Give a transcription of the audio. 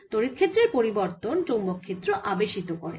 তড়িৎ ক্ষেত্রের পরিবর্তন চৌম্বক ক্ষেত্র আবেশিত করে